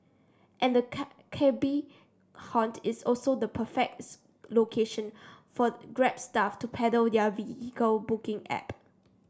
and the cabby haunt is also the perfects location for Grab staff to peddle their vehicle booking app